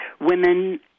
women